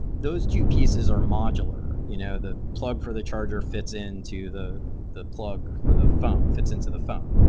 those two pieces are modular. you know the plug for the charger fits in to the the plug for the phone fits into the phone.